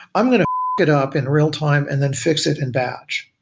i'm going to fuck it up in real-time and then fix it in batch.